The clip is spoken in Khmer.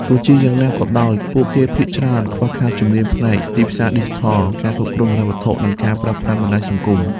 ទោះជាយ៉ាងណាក៏ដោយ ពួកគេភាគច្រើនខ្វះខាតជំនាញផ្នែកទីផ្សារឌីជីថល ការគ្រប់គ្រងហិរញ្ញវត្ថុ និងការប្រើប្រាស់បណ្តាញសង្គម។